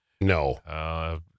No